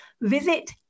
Visit